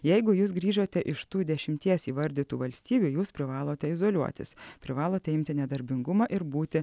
jeigu jūs grįžote iš tų dešimties įvardytų valstybių jūs privalote izoliuotis privalote imti nedarbingumą ir būti